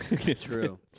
True